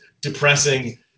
depressing